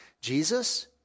Jesus